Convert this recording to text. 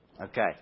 Okay